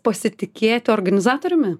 pasitikėti organizatoriumi